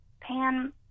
pan